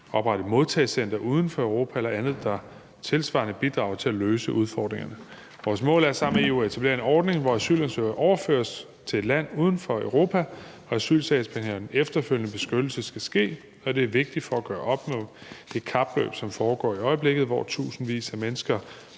oprette modtagecentre uden for Europa eller andet, der tilsvarende bidrager til at løse udfordringerne. Vores mål er sammen med EU at etablere en ordning, hvor asylansøgere overføres til et land uden for Europa, hvor asylsagsbehandlingen og den efterfølgende beskyttelse skal ske. Det er vigtigt for at gøre op med det kapløb, som foregår i øjeblikket, hvor tusindvis af mennesker